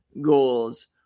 goals